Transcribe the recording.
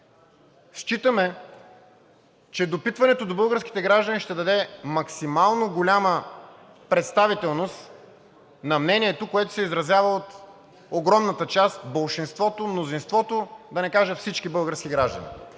Считаме, че допитването до българските граждани ще даде максимално голяма представителност на мнението, което се изразява от огромната част, болшинството, мнозинството, да не кажа всички български граждани.